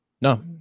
No